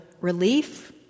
relief